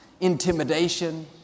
Intimidation